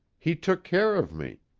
he took care of me